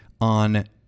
on